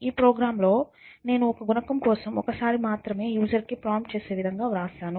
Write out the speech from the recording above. ఈ ప్రోగ్రామ్లో నేను ఒక గుణకం కోసం ఒక సారి మాత్రమే యూసర్ కి ప్రాంప్ట్ చేసే విధంగా వ్రాసాను